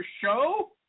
show